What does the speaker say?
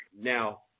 Now